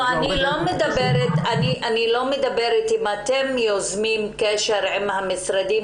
אני לא מדברת האם אתם יוזמים קשר עם המשרדים